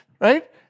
Right